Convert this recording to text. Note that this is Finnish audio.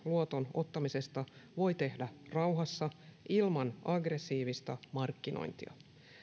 luoton ottamisesta voi tehdä rauhassa ilman aggressiivista markkinointia